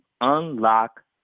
unlock